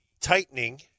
tightening